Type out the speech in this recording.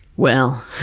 well,